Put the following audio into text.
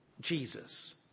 Jesus